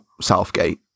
Southgate